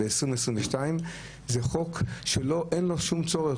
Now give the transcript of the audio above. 2022 זה חוק שאין בו שום צורך.